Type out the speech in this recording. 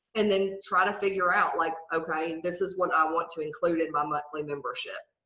and then, try to figure out like, okay, this is what i want to include in my monthly membership.